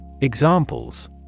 Examples